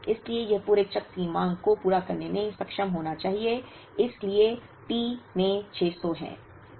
इसलिए यह पूरे चक्र की मांग को पूरा करने में सक्षम होना चाहिए इसलिए T में 600 है